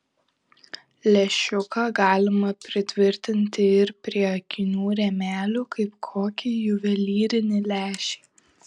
lęšiuką galima pritvirtinti ir prie akinių rėmelių kaip kokį juvelyrinį lęšį